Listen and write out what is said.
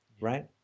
right